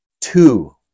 two